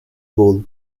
bowl